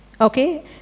Okay